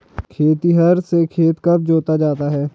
खेतिहर से खेत कब जोता जाता है?